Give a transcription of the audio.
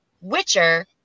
Witcher